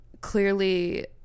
clearly